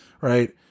Right